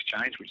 change